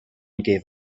gave